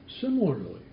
similarly